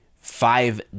five